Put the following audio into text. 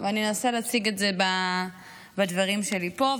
ואני אנסה להציג את זה בדברים שלי פה,